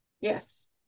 Yes